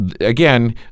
again